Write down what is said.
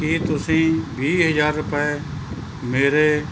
ਕੀ ਤੁਸੀਂਂ ਵੀਹ ਹਜ਼ਾਰ ਰੁਪਏ ਮੇਰੇ